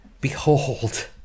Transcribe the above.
Behold